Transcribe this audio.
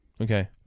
Okay